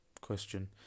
question